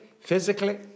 physically